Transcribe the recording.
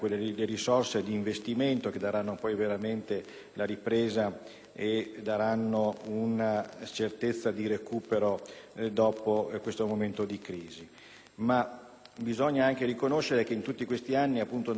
la ripresa ed una certezza di recupero dopo questo momento di crisi. Bisogna però anche riconoscere che, in tutti questi anni, non si è avuto il coraggio di affrontare